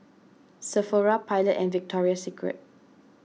Sephora Pilot and Victoria Secret